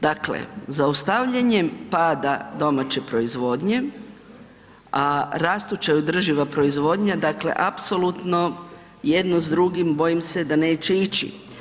Dakle, zaustavljanjem pada domaće proizvodnje a rastuća i održiva proizvodnja, dakle apsolutno jedno s drugim bojim se da neće ići.